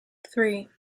three